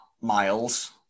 Miles